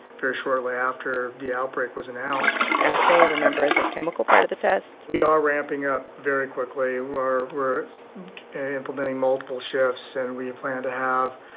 very shortly after the outbreak was announced assay remember the chemical part of the test? we are ramping up very quickly. we're we're implementing multiple shifts, and we plan to have,